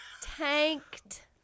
tanked